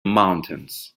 mountains